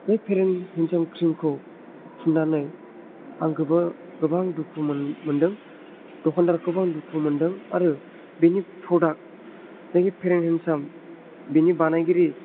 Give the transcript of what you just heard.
बे फेर एनद हेन्डसाम क्रिमखौ फुननानै आं गोबां दुखु मोन मोनदों दखानदारखौबो आं दुखु मोनदों आरो बिनि प्रडाक्ट जाय फेर एन हेन्डसाम बिनि बानायगिरि